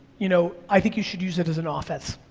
you know, i think you should use it as an offense.